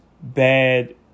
bad